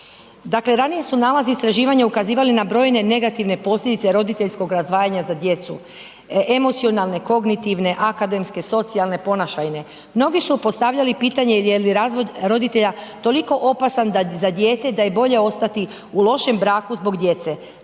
Dakle ranije su nalazi istraživanja ukazivali na brojne negativne posljedice roditeljskog razdvajanja za djecu, emocionalne kognitivne akademske socijalne ponašajne. Mnogi su postavljali pitanje je li razvod roditelja toliko opasan za dijete da je bolje ostati u lošem braku zbog djece.